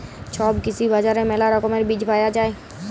ছব কৃষি বাজারে মেলা রকমের বীজ পায়া যাই